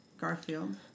Garfield